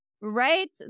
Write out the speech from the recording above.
Right